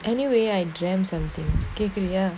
anyway I dreamt something okay similar